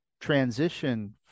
transition